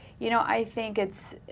you know i think it's,